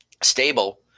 stable